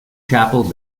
chapel